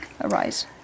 arise